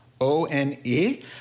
o-n-e